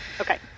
Okay